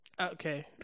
Okay